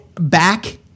back